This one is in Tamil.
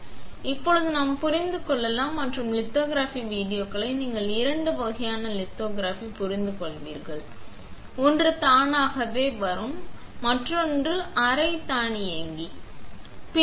எனவே இப்போது நாம் புரிந்து கொள்ளலாம் மற்றும் லித்தோகிராபி வீடியோக்களை நீங்கள் இரண்டு வகையான லித்தோகிராபி புரிந்துகொள்வீர்கள் ஒன்று தானாகவே ஒன்று மற்றும் இரண்டாவது அரை தானியங்கி ஒன்று ஆகும்